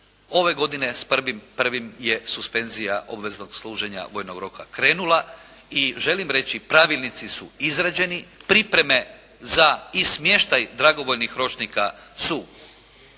Ove godine s 1.1. je suspenzija obveznog služenja vojnog roka krenula i želim reći pravilnici su izrađeni, pripreme za i smještaj dragovoljnih ročnika su